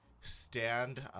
stand